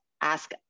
ask